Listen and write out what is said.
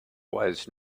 was